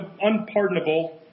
unpardonable